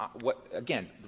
what again,